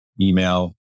email